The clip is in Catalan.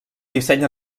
disseny